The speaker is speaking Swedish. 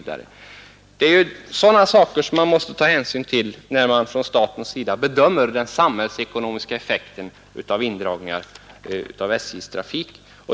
Det är sådana saker som man måste ta hänsyn till när man från samhällets sida bedömer den samhällsekonomiska effekten av indragningar av SJ:s trafik.